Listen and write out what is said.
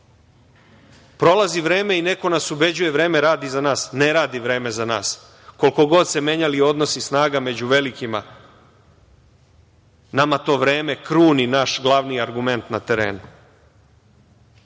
državi. Prolazi vreme i neko nas ubeđuje – vreme radi za nas. Ne radi vreme za nas. Koliko god se menjali odnosi snaga među velikima, nama to vreme kruni naš glavni argument na terenu.I